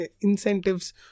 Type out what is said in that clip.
incentives